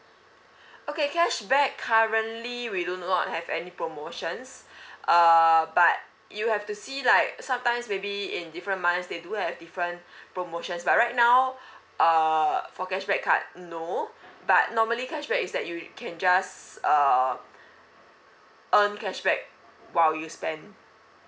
okay cashback currently we do not have any promotions uh but you have to see like sometimes maybe in different months they do have different promotions but right now uh for cashback card no but normally cashback is that you can just uh earn cashback while you spend